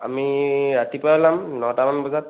আমি ৰাতিপুৱা ওলাম নটামান বজাত